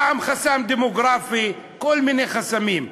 פעם חסם דמוגרפי, כל מיני חסמים.